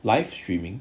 live streaming